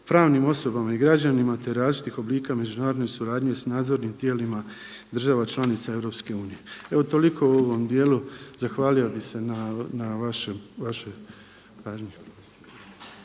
pravnim osobama i građanima, te različitih oblika međunarodne suradnje sa nadzornim tijelima država članica Europske unije. Evo toliko u ovom dijelu. Zahvalio bih se na vašoj pažnji.